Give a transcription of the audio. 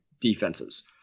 defenses